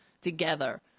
together